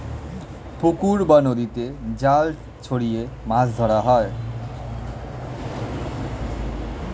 পুকুর বা নদীতে জাল ছড়িয়ে মাছ ধরা হয়